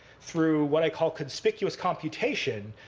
through what i call conspicuous computation,